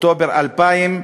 אוקטובר 2000,